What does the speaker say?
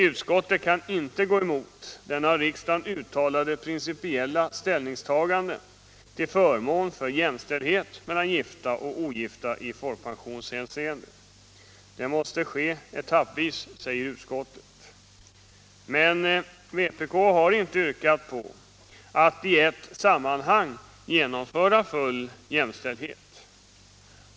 Utskottet kan inte gå emot det av riksdagen uttalade principiella ställningstagandet till förmån för jämställdhet mellan gifta och ogifta i folkpensionshänseende. Det måste ske etappvis, säger utskottet. Men vpk har inte yrkat på att full jämställdhet skall genomföras i ett sammanhang.